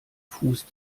fuß